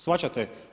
Shvaćate?